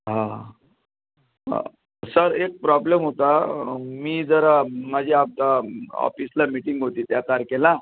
हां सर एक प्रॉब्लेम होता मी जरा माझ्या ऑपिसला मिटिंग होती त्या तारखेला